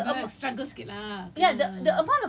even if you manage your time properly right you will still need